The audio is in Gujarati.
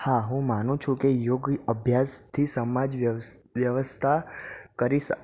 હા હું માનું છું કે યોગ અભ્યાસથી સમાજ વ્યવસ્થા કરીશ